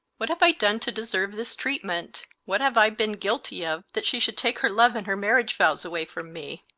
what have i done to deserve this treatment? what have i been guilty of that she should take her love and her marriage vows away from me?